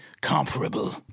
comparable